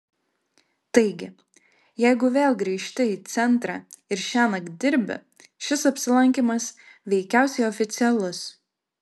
taigi jeigu vėl grįžti į centrą ir šiąnakt dirbi šis apsilankymas veikiausiai oficialus